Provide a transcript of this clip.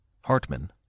Hartman